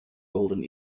golden